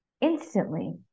instantly